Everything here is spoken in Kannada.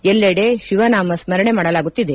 ಎಲ್ಲೆಡೆ ಶಿವ ನಾಮ ಸ್ನರಣೆ ಮಾಡಲಾಗುತ್ತಿದೆ